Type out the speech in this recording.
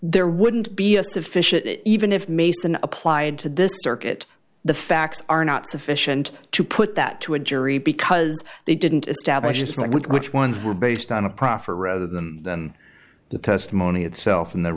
there wouldn't be a sufficient even if mason applied to this circuit the facts are not sufficient to put that to a jury because they didn't establish and which ones were based on a proffer rather than than the testimony itself and the